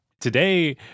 Today